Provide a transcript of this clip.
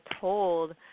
told